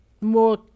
more